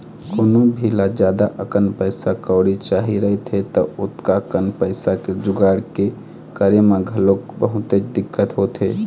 कोनो भी ल जादा अकन पइसा कउड़ी चाही रहिथे त ओतका कन पइसा के जुगाड़ के करे म घलोक बहुतेच दिक्कत होथे